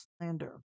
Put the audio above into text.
slander